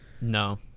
No